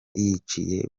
yiciye